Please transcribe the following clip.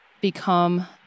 become